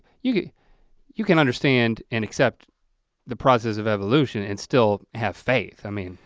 you you can understand and accept the process of evolution and still have faith, i mean.